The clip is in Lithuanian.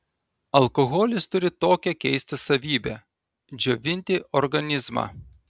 alkoholis turi tokią keistą savybę džiovinti organizmą